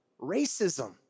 racism